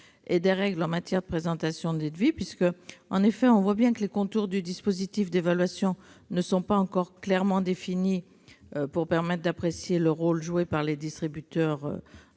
et des règles en matière de présentation des devis. En effet, les contours du dispositif d'évaluation ne sont pas assez clairement définis pour permettre d'apprécier le rôle joué par les distributeurs